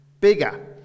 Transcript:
bigger